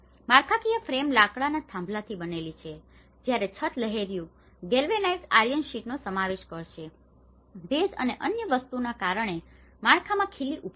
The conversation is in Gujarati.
માળખાકીય ફ્રેમ લાકડાના થાંભલાઓથી બનેલી છે જ્યારે છત લહેરિયું ગેલ્વેનાઈઝ્ડ આયર્ન શીટનો સમાવેશ કરશે ભેજ અને અન્ય વસ્તુઓના કારણે માળખામાં ખીલી ઉભી કરશે